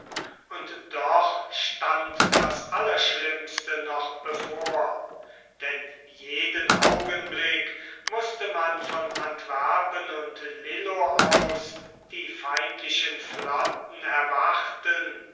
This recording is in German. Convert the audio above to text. und doch stand das allerschlimmste noch bevor denn jeden augenblick mußte man von antwerpen und lillo aus die feindlichen flotten erwarten